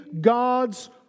God's